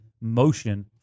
motion